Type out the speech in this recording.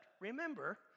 remember